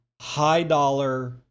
high-dollar